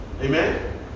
Amen